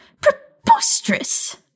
preposterous